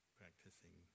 practicing